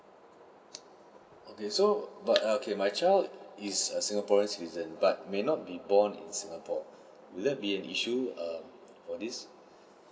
okay so but err okay my child is a singaporean citizen but may not be born in singapore will that be an issue err for this